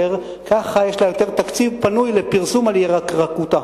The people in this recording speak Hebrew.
ככה יש לה יותר תקציב פנוי לפרסום על ירקרקותה.